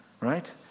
right